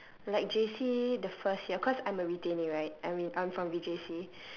like J_C the first year cause I'm a retainee right I'm in I'm from V_J_C